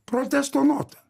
protesto notą